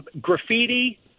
graffiti